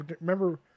remember